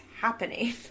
happening